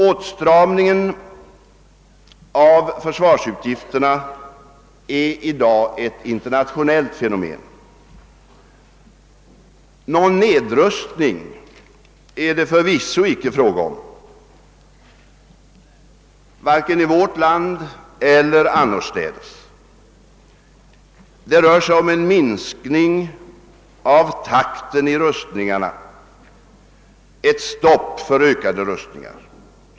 Åtstramningen av försvarsutgifterna är i dag ett internationellt fenomen. Någon nedrustning är det förvisso icke fråga om vare sig i vårt land eller annorstädes. Nej, det rör sig om en minskning av takten i rustningarna, och ett stopp för ökade rustningar.